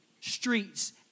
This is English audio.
streets